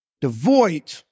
devoid